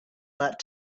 that